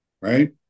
right